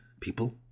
people